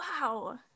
Wow